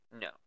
No